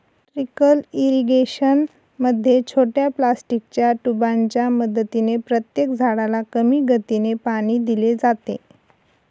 trickle irrigation मध्ये छोट्या प्लास्टिकच्या ट्यूबांच्या मदतीने प्रत्येक झाडाला कमी गतीने पाणी दिले जाते